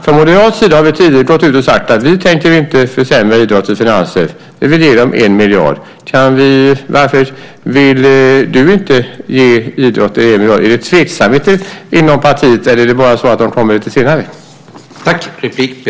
Från moderat sida har vi tydligt gått ut och sagt att vi inte tänker försämra idrottens finanser. Vi vill ge dem 1 miljard. Varför vill du inte ge idrotten 1 miljard? Är det tveksamhet inom partiet, eller är det bara så att de kommer lite senare?